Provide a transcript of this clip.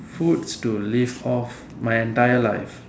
foods to live off my entire life